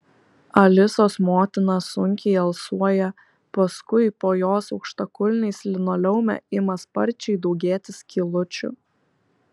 alisos motina sunkiai alsuoja paskui po jos aukštakulniais linoleume ima sparčiai daugėti skylučių